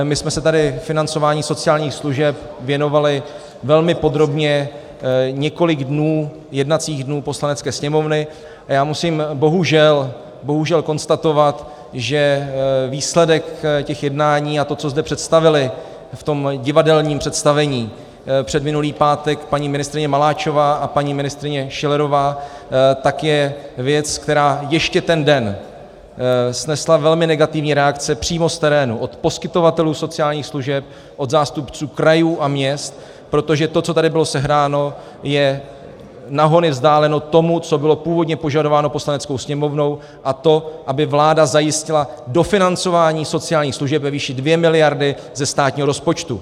My jsme se tady financování sociálních služeb věnovali velmi podrobně několik dnů, jednacích dnů Poslanecké sněmovny, a já musím bohužel, bohužel, konstatovat, že výsledek těch jednání a to, co zde představily v tom divadelním představení předminulý pátek paní ministryně Maláčová a paní ministryně Schillerová, tak je věc, která ještě ten den snesla velmi negativní reakce přímo z terénu, od poskytovatelů sociálních služeb, od zástupců krajů a měst, protože to, co tady bylo sehráno, je na hony vzdáleno tomu, co bylo původně požadováno Poslaneckou sněmovnou, a to aby vláda zajistila dofinancování sociálních služeb ve výši 2 mld. ze státního rozpočtu.